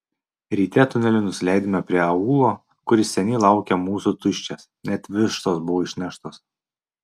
ryte tuneliu nusileidome prie aūlo kuris seniai laukė mūsų tuščias net vištos buvo išneštos